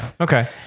Okay